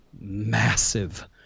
massive